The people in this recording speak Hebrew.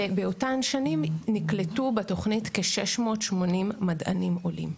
ובאותן שנים נקלטו בתוכנית כ-680 מדענים עולים,